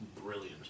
Brilliant